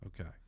Okay